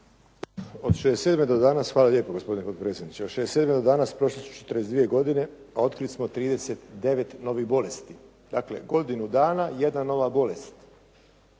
Rajko (SDP)** Hvala lijepo, gospodine potpredsjedniče. Od '67. do danas prošle su 42 godine, a otkrili smo 39 novih bolesti. Dakle, godinu dana jedna nova bolest.